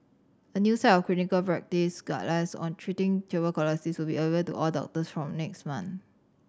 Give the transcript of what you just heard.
a new set of clinical practice guidelines on treating tuberculosis will be available to all doctors from next month